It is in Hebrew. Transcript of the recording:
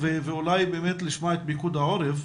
אולי נשמע את פיקוד העורף,